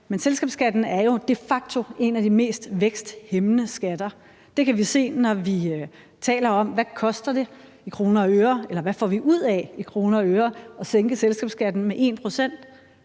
men selskabsskatten er jo de facto en af de mest væksthæmmende skatter. Det kan vi se, når vi taler om, hvad det koster i kroner og øre, eller hvad vi i kroner